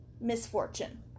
misfortune